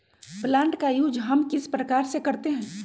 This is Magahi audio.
प्लांट का यूज हम किस प्रकार से करते हैं?